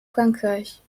frankreich